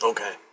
Okay